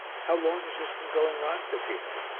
how long has this been going on, peppino?